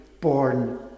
born